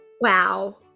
Wow